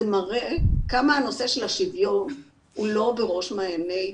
זה מראה כמה הנושא של השוויון הוא לא בראש מעיני,